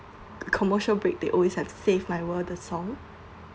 commercial break they always have save my world the song